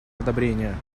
одобрения